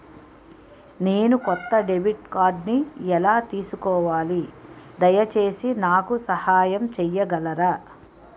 నేను కొత్త డెబిట్ కార్డ్ని ఎలా తీసుకోవాలి, దయచేసి నాకు సహాయం చేయగలరా?